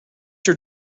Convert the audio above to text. your